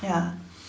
ya